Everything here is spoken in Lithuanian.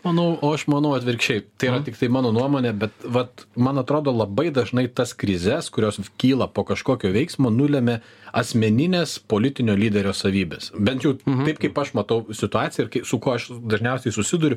manau o aš manau atvirkščiai tai yra tiktai mano nuomonė bet vat man atrodo labai dažnai tas krizes kurios kyla po kažkokio veiksmo nulemia asmeninės politinio lyderio savybės bent jau taip kaip aš matau situaciją su kuo aš dažniausiai susiduriu